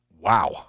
Wow